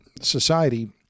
society